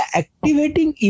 activating